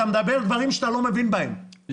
אתה מדבר דברים שאתה לא מבין בהם,